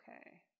Okay